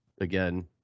again